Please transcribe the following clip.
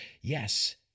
yes